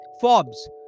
Forbes